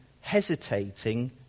hesitating